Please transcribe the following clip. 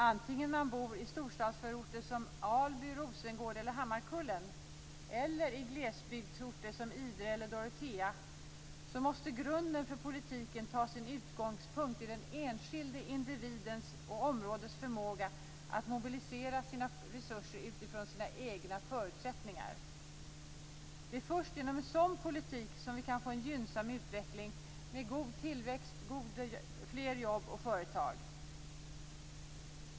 Antingen man bor i storstadsförorter som Alby, Rosengård eller Hammarkullen eller i glesbygdsorter som Idre och Dorotea måste grunden för politiken vara den enskilde individens och områdets förmåga att mobilisera sina resurser utifrån sina egna förutsättningar. Det är först genom en sådan politik som vi kan få en gynnsam utveckling med god tillväxt, fler jobb och fler företag.